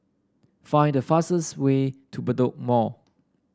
find the fastest way to Bedok Mall